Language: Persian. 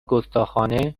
گستاخانه